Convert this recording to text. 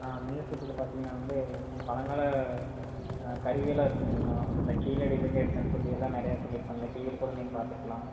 ஆ மியூசியத்தில் பார்த்திங்கனா வந்து பழங்கால கருவியெல்லாம் இருக்குதுங்கண்ணா அந்த கீழடியிலேருந்து எடுத்தேன்னு சொல்லி எல்லாம் நிறையா சொல்லியிருப்பாங்கள்ல டிவியில் கூட நீங்கள் பார்த்துருக்கலாம்